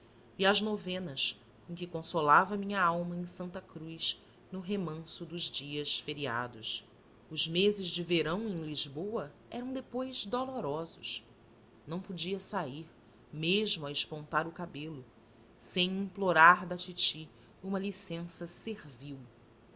e as novenas com que consolava a minha alma em santa cruz no remanso dos dias feriados os meses de verão em lisboa eram depois dolorosos não podia sair mesmo a espontar o cabelo sem implorar da titi uma licença servil